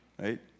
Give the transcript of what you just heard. right